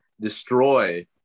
destroy